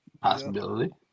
possibility